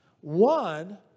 One